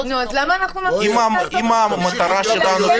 אם המטרה שלנו,